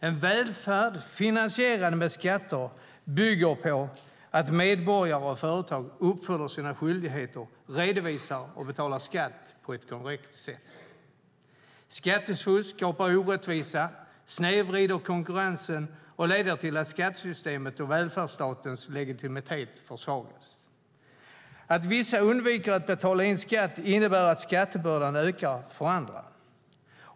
En välfärd finansierad med skatter bygger på att medborgare och företag uppfyller sina skyldigheter, redovisar och betalar skatt på ett korrekt sätt. Skattefusk skapar orättvisa, snedvrider konkurrensen och leder till att skattesystemets och välfärdsstatens legitimitet försvagas. Att vissa undviker att betala in skatt innebär att skattebördan ökar för andra.